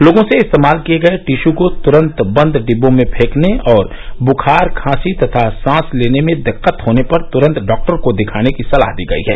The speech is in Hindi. लोगों से इस्तेमाल किये गए टिशू को तुरंत बंद डिब्बों में फेंकने और बुखार खांसी तथा सांस लेने में दिक्कत होने पर तुरंत डॉक्टर को दिखाने की सलाह दी गयी है